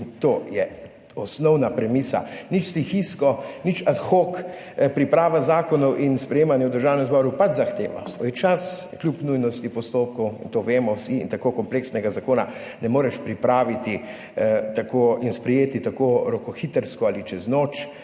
to je osnovna premisa. Nič stihijsko, nič ad hoc, priprava zakonov in sprejemanje v Državnem zboru pač zahtevata svoj čas kljub nujnosti postopkov, to vemo vsi. Tako kompleksnega zakona ne moreš pripraviti in sprejeti tako rokohitrsko ali čez noč,